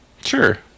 Sure